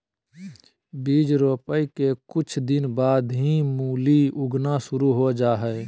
बीज रोपय के कुछ दिन बाद ही मूली उगना शुरू हो जा हय